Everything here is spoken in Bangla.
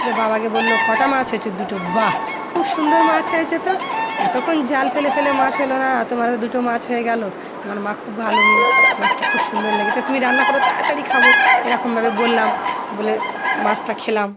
বাবাকে বললো কটা মাছ হয়েছে দুটো বাহ খুব সুন্দর মাছ হয়েছে তো এতক্ষণ জাল ফেলে ফেলে মাছ হলো না এত ভাল দুটো মাছ হয়ে গেলো আমার মা খুব ভালো মেয়ে মাছটা খুব সুন্দর লেগেছে তুমি রান্না করো তাড়াতাড়ি খাবো এরকমভাবে বললাম বলে মাছটা খেলাম